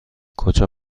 کجا